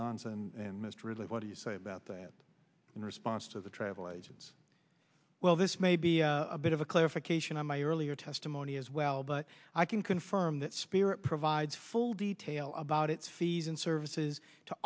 and mr really what do you say about that in response to the travel agents well this may be a bit of a clarification on my earlier testimony as well but i can confirm that spirit provide full details about its fees and services to